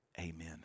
Amen